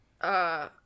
uh-